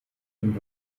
dem